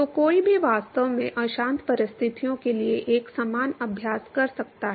तो कोई भी वास्तव में अशांत परिस्थितियों के लिए एक समान अभ्यास कर सकता है